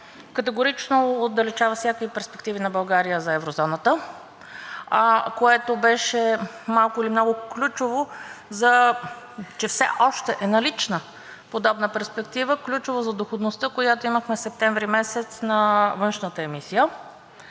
категорично отдалечава всякакви перспективи на България за еврозоната, което беше малко или много ключово, че все още е налична подобна перспектива – ключово за доходността, която имахме месец септември на външната емисия.